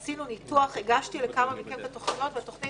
עשינו ניתוח והגשתי לכמה מכם את התכניות והתכנית